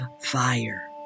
fire